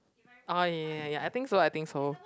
orh ya ya ya I think so I think so